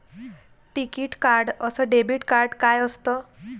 टिकीत कार्ड अस debit card काय असत?